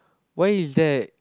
why is that